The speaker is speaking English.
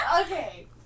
Okay